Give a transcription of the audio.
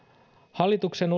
hallituksen